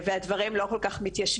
והדברים לא כל כך מתיישבים.